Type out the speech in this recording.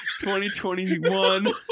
2021